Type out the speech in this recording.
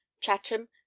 Chatham